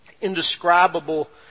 indescribable